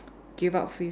give out free food